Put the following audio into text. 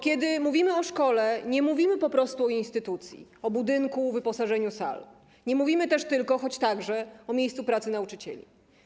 Kiedy mówimy o szkole, nie mówimy po prostu o instytucji, o budynku, wyposażeniu sal, nie mówimy też tylko, choć także, o miejscu pracy nauczycieli.